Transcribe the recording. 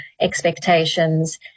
expectations